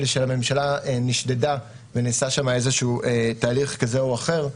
של הממשלה נשדדה ונעשה שם תהליך כזה או אחר,